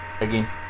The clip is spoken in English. again